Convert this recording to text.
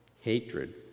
hatred